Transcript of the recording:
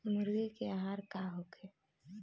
मुर्गी के आहार का होखे?